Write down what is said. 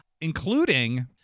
including